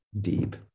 deep